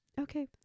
okay